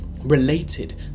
related